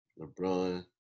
LeBron